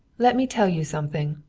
let me tell you something,